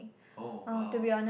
oh !wow!